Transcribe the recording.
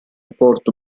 porto